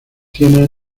tiene